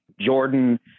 Jordan –